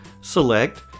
Select